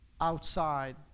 outside